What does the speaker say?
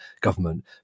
government